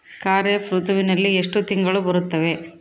ಖಾರೇಫ್ ಋತುವಿನಲ್ಲಿ ಎಷ್ಟು ತಿಂಗಳು ಬರುತ್ತವೆ?